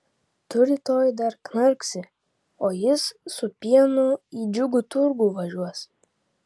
tu rytoj dar knarksi o jis su pienu į džiugų turgų važiuos